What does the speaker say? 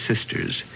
sisters